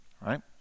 Right